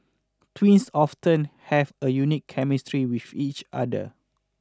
twins often have a unique chemistry with each other